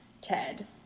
Ted